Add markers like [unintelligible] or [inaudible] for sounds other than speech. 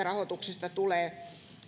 [unintelligible] rahoituksesta valtaosa